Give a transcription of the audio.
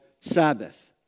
Sabbath